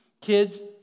Kids